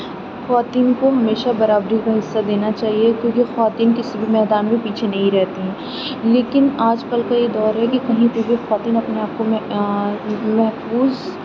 خواتین کو ہمیشہ برابری کا حصہ دینا چاہیے کیونکہ خواتین کسی بھی میدان میں پیچھے نہیں رہتیں لیکن آج کل کا یہ دور ہے کہ کہیں پہ بھی خواتین اپنے آپ کو مہ محفوظ